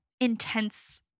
intense